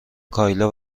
کایلا